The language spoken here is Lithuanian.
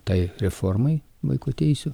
tai reformai vaiko teisių